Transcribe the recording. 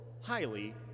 highly